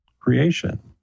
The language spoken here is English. creation